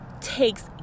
takes